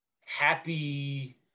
Happy